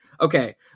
Okay